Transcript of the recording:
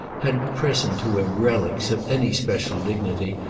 had present to him relics, of any special dignity,